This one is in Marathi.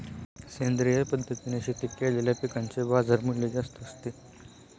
सेंद्रिय पद्धतीने शेती केलेल्या पिकांचे बाजारमूल्य जास्त असते